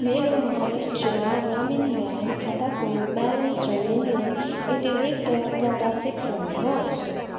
मेरो महाराष्ट्र ग्रामीण ब्याङ्क खाताको ब्यालेन्स र लेनदेन इतिवृत्त प्रदर्शित गर्नु होस्